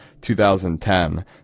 2010